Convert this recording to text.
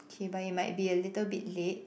K but it might be a little bit late